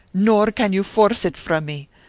nor can you force it from me!